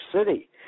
City